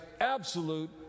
absolute